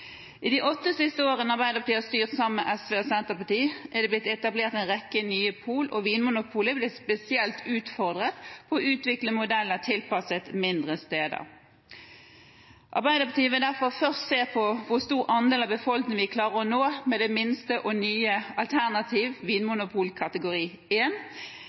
I de åtte siste årene som Arbeiderpartiet har styrt sammen med SV og Senterpartiet, ble det etablert en rekke nye pol. Vinmonopolet ble spesielt utfordret på å utvikle modeller tilpasset mindre steder. Arbeiderpartiet vil derfor først se på hvor stor andel av befolkningen vi klarer å nå med det minste og nye